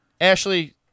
Ashley